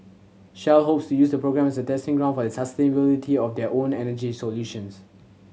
shell hopes to use the program as a testing ground for the sustainability of their own energy solutions